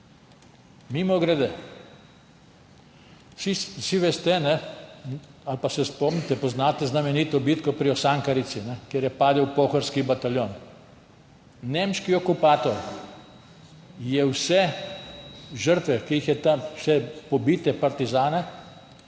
Mimogrede, vsi veste ali pa se spomnite, poznate znamenito bitko pri Osankarici, kjer je padel Pohorski bataljon. Nemški okupator je vse žrtve, vse pobite partizane